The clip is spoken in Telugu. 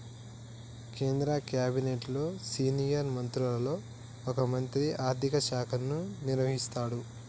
కేంద్ర క్యాబినెట్లో సీనియర్ మంత్రులలో ఒక మంత్రి ఆర్థిక శాఖను నిర్వహిస్తాడు